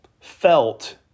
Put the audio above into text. felt